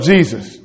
Jesus